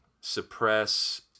suppress